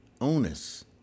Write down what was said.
onus